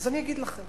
אני אגיד לכם.